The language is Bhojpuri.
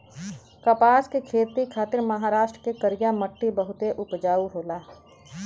कपास के खेती खातिर महाराष्ट्र के करिया मट्टी बहुते उपजाऊ होला